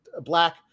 black